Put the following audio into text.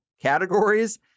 categories